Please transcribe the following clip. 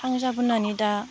थांजाबोनानै दा